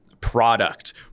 product